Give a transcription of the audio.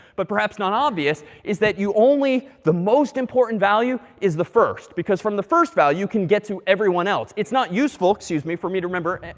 but perhaps not obvious, is that you only the most important value is the first. because from the first value, you can get to everyone else. it's not useful excuse me for me to remember,